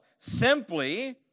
simply